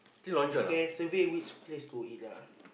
we can survey which place to eat lah